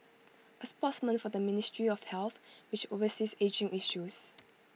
A spokesman for the ministry of health which oversees ageing issues